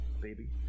baby